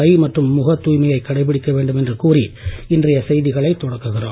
கை மற்றும் முகத் தூய்மையை கடைபிடிக்க வேண்டும் என்று கூறி இன்றைய செய்திகளைத் தொடங்குகிறோம்